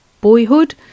Boyhood